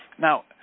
Now